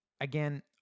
again